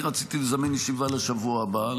אני רציתי לזמן ישיבה לשבוע הבא,